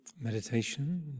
meditation